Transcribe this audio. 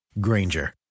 Granger